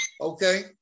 Okay